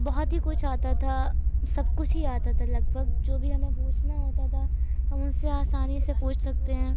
بہت ہی کچھ آتا تھا سب کچھ ہی آتا تھا لگ بھگ جو بھی ہمیں پوچھنا ہوتا تھا ہم ان سے آسانی سے پوچھ سکتے ہیں